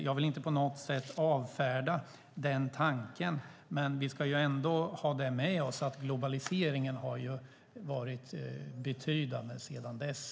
Jag vill inte på något sätt avfärda tanken, men vi ska ändå vara medvetna om att globaliseringen har varit betydande sedan dess.